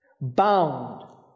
Bound